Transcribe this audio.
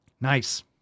Nice